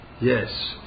yes